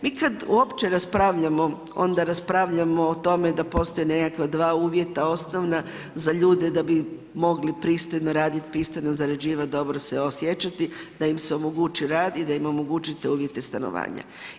Mi kad uopće raspravljamo, onda raspravljamo o tome da postoje nekakva dva uvjeta osnovna za ljude da bi mogli pristojno raditi, pristojno zarađivati, dobro se osjećati, da im se omogući rad i da im omogućite uvjete stanovanja.